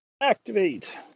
activate